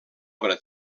obra